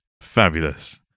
Fabulous